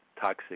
toxic